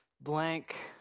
blank